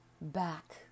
back